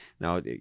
Now